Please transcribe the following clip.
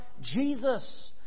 Jesus